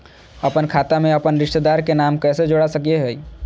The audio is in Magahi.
अपन खाता में अपन रिश्तेदार के नाम कैसे जोड़ा सकिए हई?